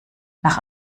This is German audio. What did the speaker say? nach